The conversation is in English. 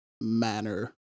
manner